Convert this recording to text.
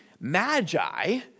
magi